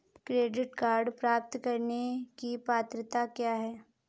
Credit card प्राप्त करने की पात्रता क्या है?